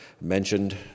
mentioned